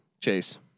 chase